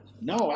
no